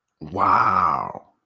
Wow